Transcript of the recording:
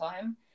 time